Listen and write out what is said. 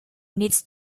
needs